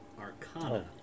Arcana